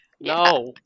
No